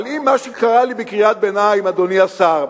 אבל אם מה שקרא לי בקריאת ביניים אדוני השר,